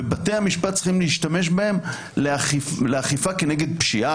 ובתי המשפט צריכים להשתמש בהם לאכיפה נגד פשיעה,